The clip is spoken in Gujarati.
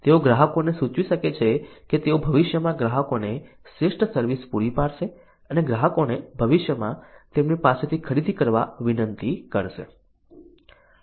તેઓ ગ્રાહકોને સૂચવી શકે છે કે તેઓ ભવિષ્યમાં ગ્રાહકોને શ્રેષ્ઠ સર્વિસ પૂરી પાડશે અને ગ્રાહકોને ભવિષ્યમાં તેમની પાસેથી ખરીદી કરવા વિનંતી કરશે